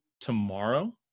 tomorrow